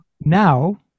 now